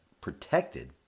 protected